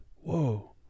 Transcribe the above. whoa